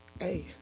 Hey